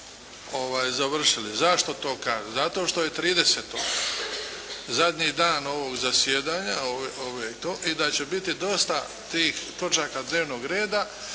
završili. Zašto to kažem? Zato što je tridesetog zadnji dan ovog zasjedanja i da će biti dosta tih točaka dnevnog reda,